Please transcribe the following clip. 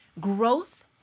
growth